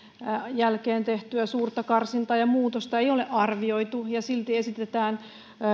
jälkeen tehtyä suurta karsintaa ja muutosta ei ole arvioitu ja silti esitetään